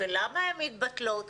ולמה הן מתבטלות?